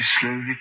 slowly